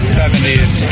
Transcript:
70s